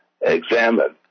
examined